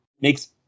Makes